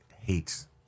hates